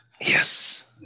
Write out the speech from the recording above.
Yes